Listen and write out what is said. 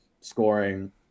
scoring